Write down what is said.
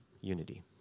unity